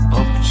up